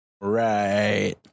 Right